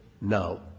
now